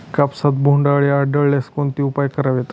कापसात बोंडअळी आढळल्यास कोणते उपाय करावेत?